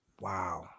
Wow